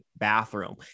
bathroom